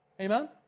Amen